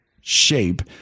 shape